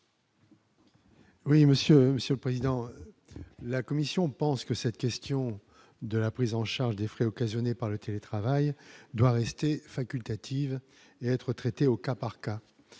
Monsieur le Président, la Commission pense que cette question de la prise en charge des frais occasionnés par le télétravail doit rester facultatives et être traitée au cas par cas